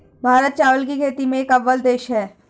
भारत चावल की खेती में एक अव्वल देश है